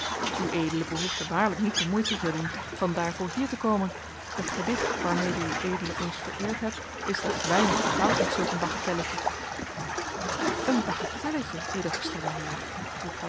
ued behoefde waarlijk niet de moeite te doen van daarvoor hier te komen het gedicht waarmede ued ons vereerd hebt is slechts weinig betaald met zulk een bagatelletje een bagatelletje ed gestr heer